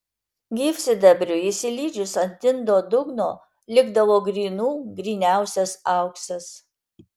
gyvsidabriui išsilydžius ant indo dugno likdavo grynų gryniausias auksas